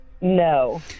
No